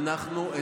מאיפה הכסף?